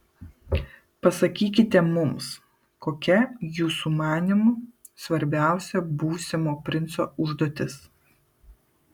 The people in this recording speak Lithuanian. pasakykite mums kokia jūsų manymu svarbiausia būsimo princo užduotis